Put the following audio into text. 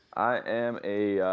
i am a,